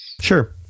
Sure